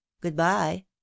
good-bye